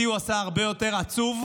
אותי הוא עשה הרבה יותר עצוב,